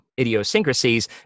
idiosyncrasies